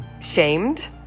shamed